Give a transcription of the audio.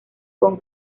con